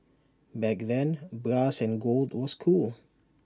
back then brass and gold was cool